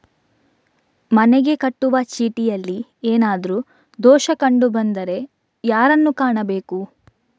ಮನೆಗೆ ಕಟ್ಟುವ ಚೀಟಿಯಲ್ಲಿ ಏನಾದ್ರು ದೋಷ ಕಂಡು ಬಂದರೆ ಯಾರನ್ನು ಕಾಣಬೇಕು?